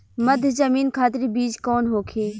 मध्य जमीन खातिर बीज कौन होखे?